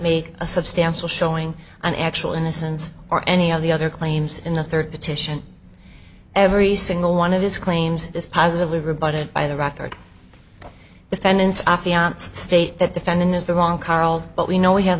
make a substantial showing on actual innocence or any of the other claims in the third petition every single one of his claims is positively rebutted by the record defendants i fiance state that defendant has the wrong carl but we know we have